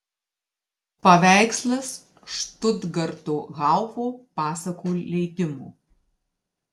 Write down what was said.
paveikslas štutgarto haufo pasakų leidimo